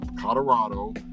colorado